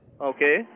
Okay